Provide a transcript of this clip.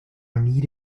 need